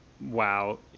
wow